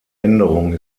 änderung